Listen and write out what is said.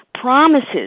promises